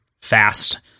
fast